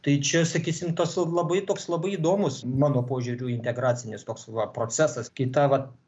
tai čia sakysim tas labai toks labai įdomus mano požiūriu integracinis toks procesas kai ta va